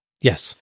Yes